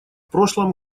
прошлом